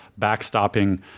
backstopping